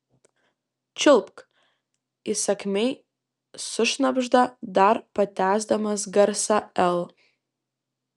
čiulpk įsakmiai sušnabžda dar patęsdamas garsą l